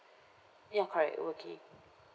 ya correct working